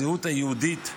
הזהות היהודית,